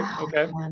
okay